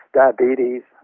diabetes